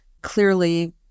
clearly